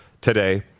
today